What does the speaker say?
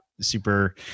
super